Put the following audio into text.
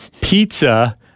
pizza